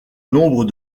nombre